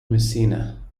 messina